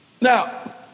Now